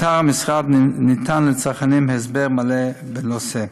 באתר המשרד ניתן לצרכנים הסבר מלא בנושא.